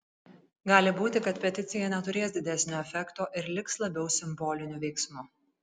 gali būti kad peticija neturės didesnio efekto ir liks labiau simboliniu veiksmu